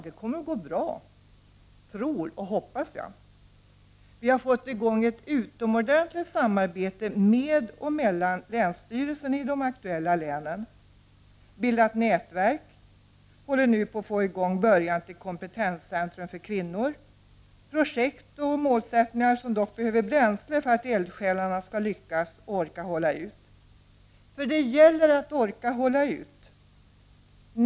Det kommer att gå bra, tror och hoppas jag. Vi har fått i gång ett utomordentligt samarbete med och mellan länsstyrelserna i de aktuella länen och bildat nätverk. Vi håller nu på att få i gång något som är början till kompetenscentrum för kvinnor. Dessutom handlar det om projekt och målsättningar. Det behövs dock bränsle för att eldsjälarna skall lyckas och för att de skall orka hålla ut, för det gäller att orka hålla ut.